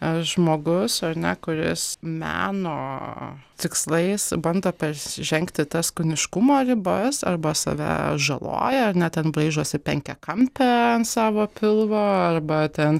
aš žmogus ar ne kuris meno tikslais bando persžengti tas kūniškumo ribas arba save žaloja ar ne ten braižosi penkiakampę ant savo pilvo arba ten